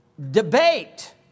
Debate